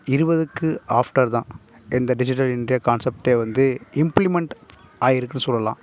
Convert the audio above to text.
இருபதுக்கு ஆஃப்டர் தான் இந்த டிஜிட்டல் இந்தியா கான்செப்ட்டே வந்து இம்ப்ளிமெண்ட் ஆயிருக்குனு சொல்லலாம்